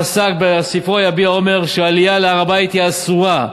פסק בספרו "יביע אומר" שהעלייה להר-הבית אסורה.